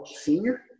senior